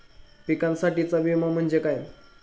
पिकांसाठीचा विमा म्हणजे काय?